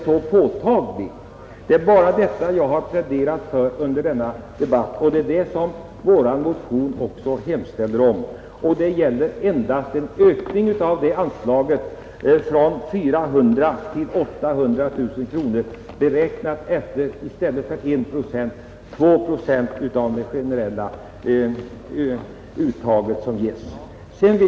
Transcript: Det är bara detta jag har pläderat för under denna debatt, och det är också vad vi har hemställt om i vår motion. Här gäller det alltså bara en ökning av anslaget från 400 000 till 800 000 kronor, inte beräknat efter 1 utan efter 2 procent av det generella uttaget.